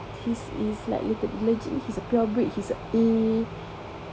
he's is like liter~ legitly he's a pure bred he's a A